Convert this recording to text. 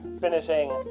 finishing